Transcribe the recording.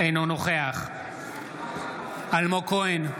אינו נוכח אלמוג כהן,